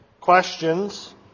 questions